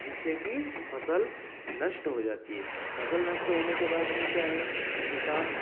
जिससे की फसल नष्ट हो जाती है फसल नष्ट होने के बाद क्या है कि किसान